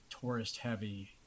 tourist-heavy